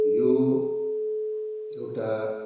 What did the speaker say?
यो एउटा